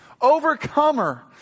overcomer